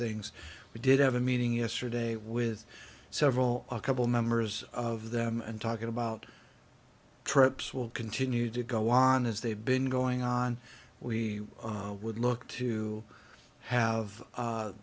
things we did have a meeting yesterday with several a couple members of them and talking about trips will continue to go on as they've been going on we would look to have